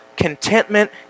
contentment